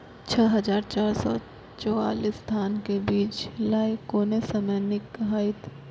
छः हजार चार सौ चव्वालीस धान के बीज लय कोन समय निक हायत?